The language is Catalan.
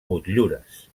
motllures